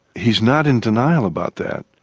he is not in denial about that.